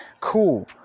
Cool